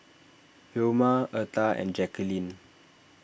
Vilma Eartha and Jackeline